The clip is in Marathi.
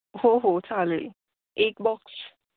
हो हो चालेल एक बॉक्स